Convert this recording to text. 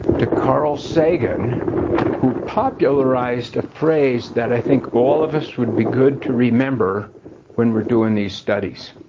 to carl sagan who popularized a phrase that i think all of us would be good to remember when we're doing these studies,